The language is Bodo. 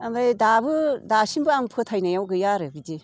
ओमफाय दाबो दासिमबो आं फोथायनायाव गैया आरो बिदि